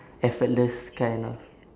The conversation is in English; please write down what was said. effortless kind of